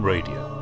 Radio